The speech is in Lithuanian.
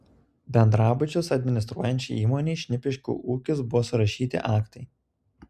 bendrabučius administruojančiai įmonei šnipiškių ūkis buvo surašyti aktai